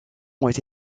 ont